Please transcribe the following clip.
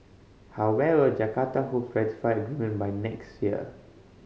however Jakarta hopes ratify the agreement by next year